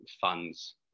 funds